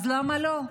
אז למה לא?